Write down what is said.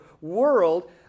world